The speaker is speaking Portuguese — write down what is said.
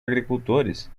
agricultores